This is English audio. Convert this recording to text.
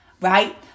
right